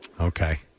Okay